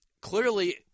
clearly